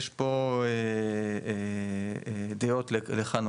יש פה דעות לכאן,